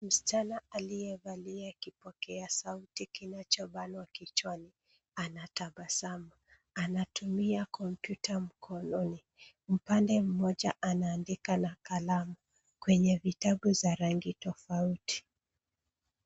Msichana aliyevalia kipokea sauti kinacho banwa kichwani, anatabasamu. Anatumia kompyuta mkononi, upande mmoja anaandia na kalamu, kwenye vitabu za rangi tofauti.